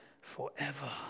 forever